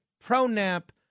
pro-nap